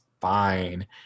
fine